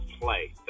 play